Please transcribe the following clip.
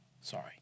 sorry